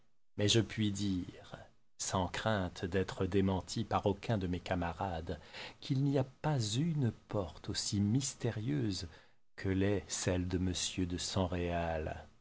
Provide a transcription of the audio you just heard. mais je puis bien dire sans crainte d'être démenti par aucun de mes camarades qu'il n'y a pas une porte aussi mystérieuse que l'est celle de monsieur de